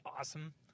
awesome